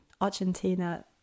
Argentina